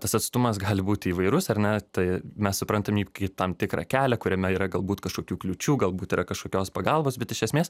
tas atstumas gali būti įvairus ar ne tai mes suprantam jį kaip tam tikrą kelią kuriame yra galbūt kažkokių kliūčių galbūt yra kažkokios pagalbos bet iš esmės